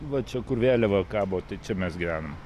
va čia kur vėliava kabo tai čia mes gyvenam